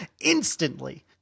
instantly